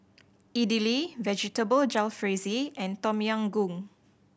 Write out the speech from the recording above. Idili Vegetable Jalfrezi and Tom Yam Goong